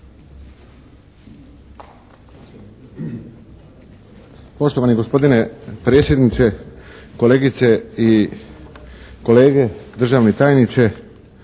Poštovani gospodine predsjedniče, kolegice i kolege, državni tajniče.